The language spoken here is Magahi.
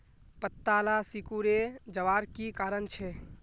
पत्ताला सिकुरे जवार की कारण छे?